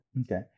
Okay